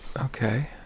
Okay